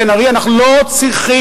בן-ארי, אנחנו לא צריכים.